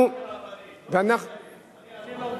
אני לא מבין,